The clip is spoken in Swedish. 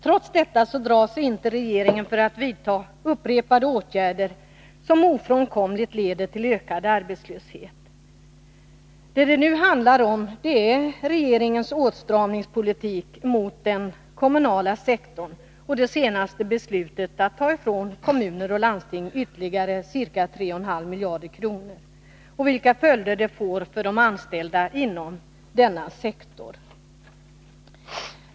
Trots detta drar sig inte regeringen för att vidta upprepade åtgärder som ofrånkomligen leder till ökad arbetslöshet. Vad det nu handlar om är regeringens åtstramningspolitik mot den kommunala sektorn och det senaste beslutet att ta ifrån kommunerna och landstingen ytterligare ca 3,5 miljarder kronor och vilka följder det får för de anställda inom denna sektor.